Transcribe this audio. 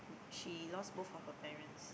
she lost both of her parents